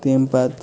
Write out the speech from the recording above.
تمہِ پَتہٕ